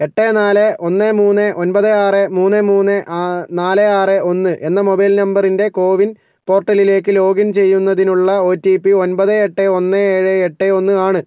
എട്ട് നാല് ഒന്ന് മൂന്ന് ഒൻപത് ആറ് മൂന്ന് മൂന്ന് ആ നാല് ആറ് ഒന്ന് എന്ന മൊബൈൽ നമ്പറിൻ്റെ കോവിൻ പോർട്ടലിലേക്ക് ലോഗിൻ ചെയ്യുന്നതിനുള്ള ഒടിപി ഒൻപത് എട്ട് ഒന്ന് ഏഴ് എട്ട് ഒന്ന് ആണ്